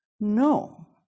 No